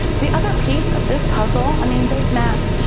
the other piece of this puzzle, i mean there's math,